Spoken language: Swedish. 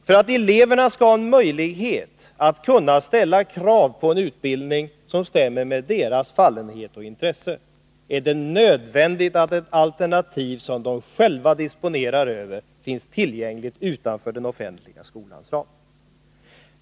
För att eleverna skall ha möjlighet att ställa krav på en utbildning som stämmer med deras fallenhet och intressen är det nödvändigt att ett alternativ, som de själva disponerar över, finns tillgängligt utanför den offentliga skolans ram.